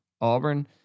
Auburn